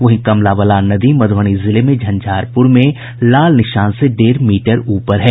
वहीं कमला बलान नदी मध्रबनी जिले के झंझारपूर में लाल निशान से डेढ़ मीटर ऊपर है